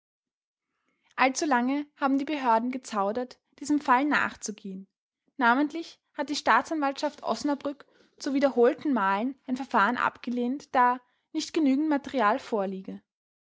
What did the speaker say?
allzu lange haben die behörden gezaudert diesem fall nachzugehen namentlich hat die staatsanwaltschaft osnabrück zu wiederholten malen ein verfahren abgelehnt da nicht genügend material vorliege